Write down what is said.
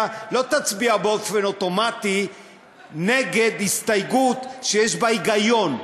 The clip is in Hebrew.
לא תצביע באופן אוטומטי נגד הסתייגות שיש בה היגיון.